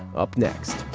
up next